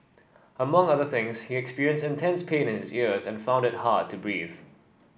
among other things he experienced intense pain in his ears and found it hard to breathe